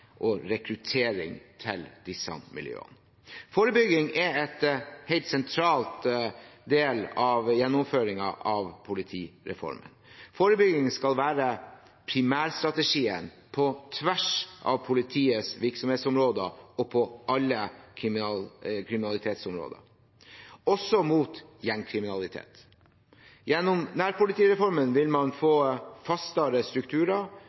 og rekruttering til disse miljøene. Forebygging er en helt sentral del av gjennomføringen av politireformen. Forebygging skal være primærstrategien på tvers av politiets virksomhetsområder og på alle kriminalitetsområder, også mot gjengkriminalitet. Gjennom nærpolitireformen vil man få fastere strukturer